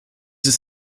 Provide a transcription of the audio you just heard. ist